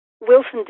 Wilson